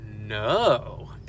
no